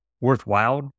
worthwhile